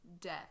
death